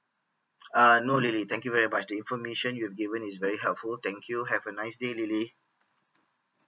uh no lily thank you very much the information you've given is very helpful thank you have a nice day lily